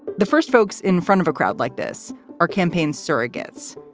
the first folks in front of a crowd like this are campaign surrogates,